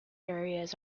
areas